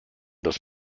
des